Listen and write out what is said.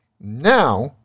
now